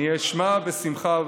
אני אשמע, בשמחה.